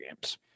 games